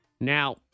Now